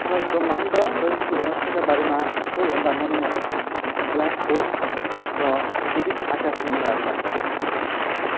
मलाई ब्रह्माण्ड र यसको रहस्यका बारेमा सबैभन्दा मनमोहक ब्ल्याक होल र विविध आकाश गङ्गाहरू लाग्दछ